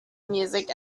music